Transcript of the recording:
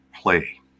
play